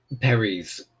Perry's